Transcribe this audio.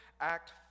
act